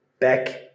back